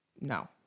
no